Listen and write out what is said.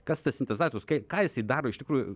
kas tas sintezatorius kai ką jisai daro iš tikrųjų